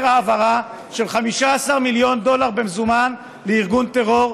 העברה של 15 מיליון דולר במזומן לארגון טרור,